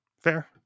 Fair